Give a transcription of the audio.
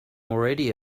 already